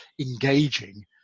engaging